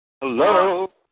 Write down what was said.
Hello